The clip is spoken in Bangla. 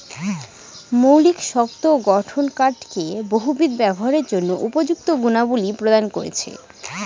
মৌলিক শক্ত গঠন কাঠকে বহুবিধ ব্যবহারের জন্য উপযুক্ত গুণাবলী প্রদান করেছে